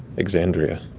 exandria.